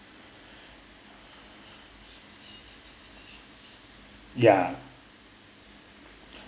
ya